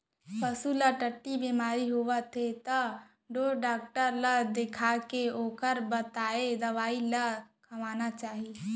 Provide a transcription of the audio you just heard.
पसू ल टट्टी बेमारी होवत हे त ढोर डॉक्टर ल देखाके ओकर बताए दवई ल खवाना चाही